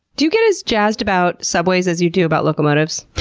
do you get as jazzed about subways as you do about locomotives?